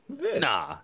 nah